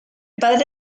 padre